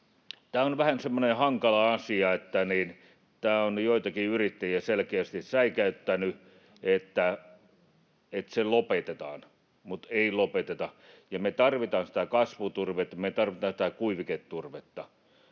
Tämä on vähän semmoinen hankala asia, ja tämä on joitakin yrittäjiä selkeästi säikäyttänyt, että se lopetetaan, mutta ei lopeteta. Me tarvitaan kasvuturvetta, me tarvitaan kuiviketurvetta,